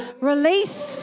Release